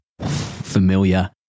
Familiar